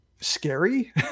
scary